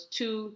two